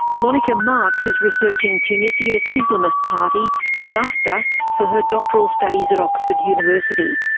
monica marks is researching tunisia's islamist party ennahda for her doctoral studies at oxford university.